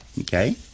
Okay